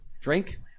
Drink